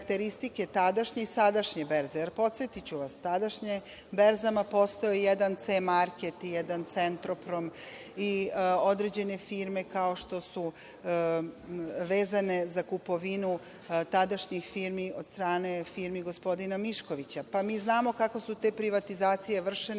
tadašnje i sadašnje berze, jer podsetiću vas, na tadašnjim berzama postojao je jedan „C-market“, jedan „Centroprom“, i određene firme vezane za kupovinu tadašnjih firmi od strane firmi gospodina Miškovića. Mi znamo kako su te privatizacije vršene